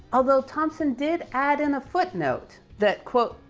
although thomson did add in a footnote that quote,